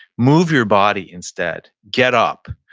move your body instead, get up,